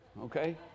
Okay